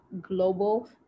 global